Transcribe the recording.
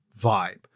vibe